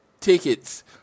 tickets